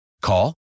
Call